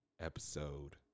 Episode